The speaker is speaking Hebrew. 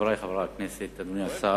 חברי חברי הכנסת, אדוני השר,